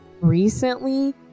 recently